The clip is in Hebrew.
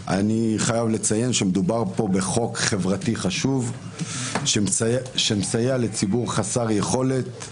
לציין שמדובר פה בחוק חברתי חשוב שמסייע לציבור חסר יכולת,